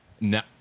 No